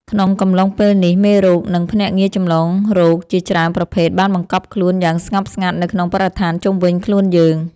ក្នុងកំឡុងពេលនេះ មេរោគ និងភ្នាក់ងារចម្លងរោគជាច្រើនប្រភេទបានបង្កប់ខ្លួនយ៉ាងស្ងប់ស្ងាត់នៅក្នុងបរិស្ថានជុំវិញខ្លួនយើង។